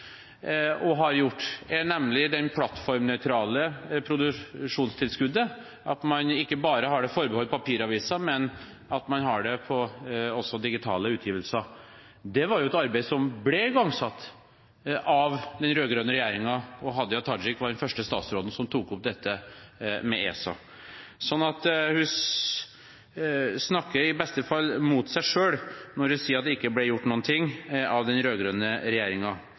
og har gjort – er nemlig det plattformnøytrale produksjonstilskuddet, at man ikke bare har det forbeholdt papiraviser, men at man også har det på digitale utgivelser. Det var jo et arbeid som ble igangsatt av den rød-grønne regjeringen, og Hadia Tajik var den første statsråden som tok opp dette med ESA. Så hun snakker i beste fall mot seg selv når hun sier at det ikke ble gjort noen ting av den